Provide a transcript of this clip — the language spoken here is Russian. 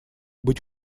быть